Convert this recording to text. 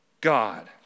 God